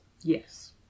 Yes